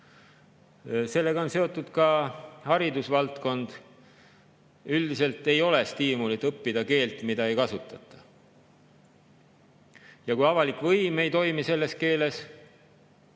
Sellega on seotud ka haridusvaldkond. Üldiselt ei ole stiimulit õppida keelt, mida ei kasutata. Ja kui avalik võim ei toimi selles [riigi]keeles,